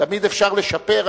תמיד אפשר לשפר,